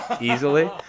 easily